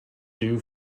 due